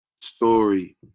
story